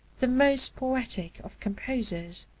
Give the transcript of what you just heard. the most poetic of composers.